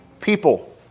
people